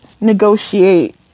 negotiate